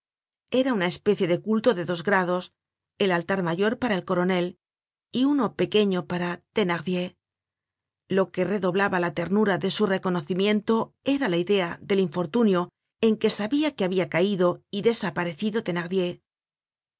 era una especie de culto de dos grados el altar mayor para el coronel y uno pequeño para thenardier lo que redoblaba la ternura de su reconocimiento era la idea del infortunio en que sabia que habia caido y desaparecido thenardier mario